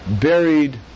buried